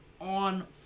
on